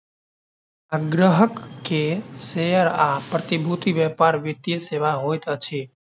ग्राहक के शेयर आ प्रतिभूति व्यापार वित्तीय सेवा होइत अछि